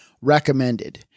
recommended